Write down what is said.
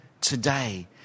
today